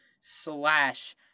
slash